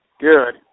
Good